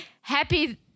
happy